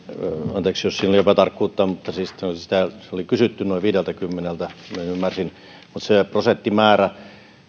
anteeksi jos siinä oli epätarkkuutta mutta se oli kysytty noin viideltäkymmeneltä näin ymmärsin mutta se prosenttimäärä